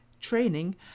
training